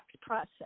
process